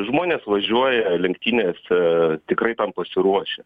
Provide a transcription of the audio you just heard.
žmonės važiuoja lenktynėse tikrai tam pasiruošę